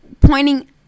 Pointing